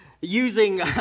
using